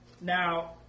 Now